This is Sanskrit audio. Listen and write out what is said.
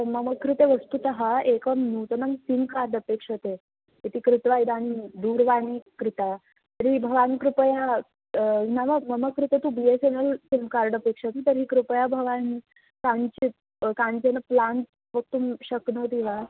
मम कृते वस्तुतः एकं नूतनं सिम्कार्ड् अपेक्षते इति कृत्वा इदानीं दूर्वाणी कृता तर्हि भवान् कृपया नाम मम कृते तु B S N L SIM card अपेक्षते तर्हि कृपया भवान् काञ्चित् काञ्चन प्लान् वक्तुं शक्नोति वा